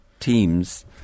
teams